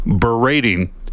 berating